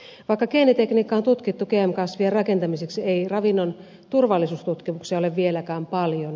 vaikka geenitekniikkaa on tutkittu gm kasvien rakentamiseksi ei ravinnon turvallisuustutkimuksia ole vieläkään paljon